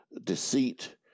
deceit